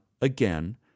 again